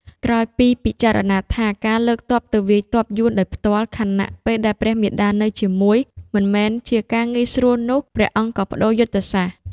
ក្រោយពីពិចារណាថាការលើកទ័ពទៅវាយទ័ពយួនដោយផ្ទាល់ ខណៈដែលព្រះមាតានៅជាមួយ មិនមែនជាការងាយស្រួលនោះ ព្រះអង្គក៏ប្ដូរយុទ្ធសាស្ត្រ។